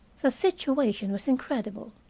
the situation was incredible.